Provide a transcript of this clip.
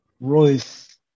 Royce